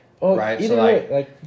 right